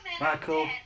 Michael